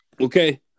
Okay